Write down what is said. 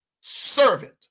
servant